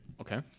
Okay